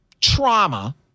trauma